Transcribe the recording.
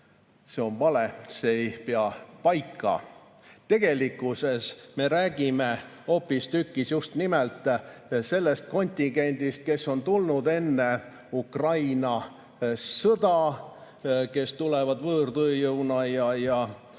See on vale, see ei pea paika. Tegelikkuses me räägime hoopistükkis sellest kontingendist, kes on tulnud enne Ukraina sõda, tulnud võõrtööjõuna ja